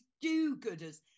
do-gooders